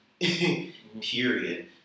Period